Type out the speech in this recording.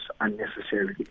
unnecessarily